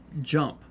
jump